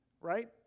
right